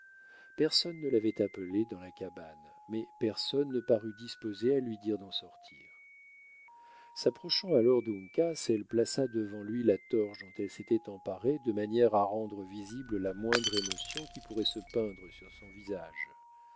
personne ne l'avait appelée dans la cabane mais personne ne parut disposé à lui dire d'en sortir s'approchant alors d'uncas elle plaça devant lui la torche dont elle s'était emparée de manière à rendre visible la moindre émotion qui pourrait se peindre sur son visage